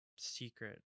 secret